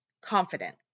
confident